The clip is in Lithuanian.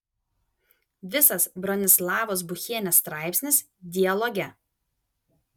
visas bronislavos buchienės straipsnis dialoge